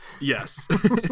yes